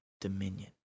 dominion